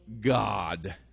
God